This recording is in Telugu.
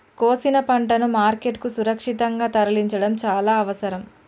కోసిన పంటను మార్కెట్ కు సురక్షితంగా తరలించడం చాల అవసరం